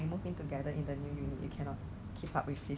and they give every household [one] lah